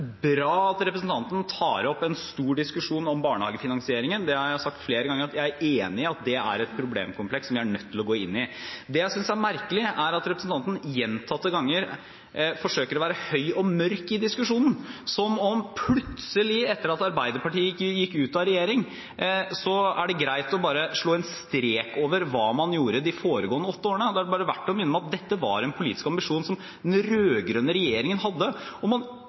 enig i at det er et problemkompleks som vi er nødt til å gå inn i. Det jeg synes er merkelig, er at representanten gjentatte ganger forsøker å være høy og mørk i diskusjonen, som om det plutselig etter at Arbeiderpartiet gikk ut av regjering, er greit bare å slå en strek over hva man gjorde de foregående åtte årene. Da er det verdt å minne om at dette var en politisk ambisjon som den rød-grønne regjeringen hadde, og man